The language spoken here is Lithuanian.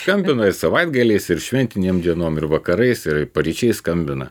skambina ir savaitgaliais ir šventinėm dienom ir vakarais ir paryčiais skambina